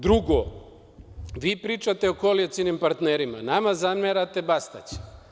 Drugo - vi pričate o koalicionim partnerima, nama zamerate Bastaća.